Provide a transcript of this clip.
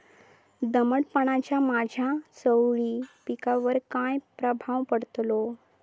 दमटपणाचा माझ्या चवळी पिकावर काय प्रभाव पडतलो?